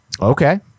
okay